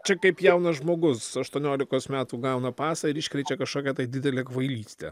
čia kaip jaunas žmogus aštuoniolikos metų gauna pasą ir iškrečia kažkokią tai didelę kvailystę